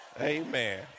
Amen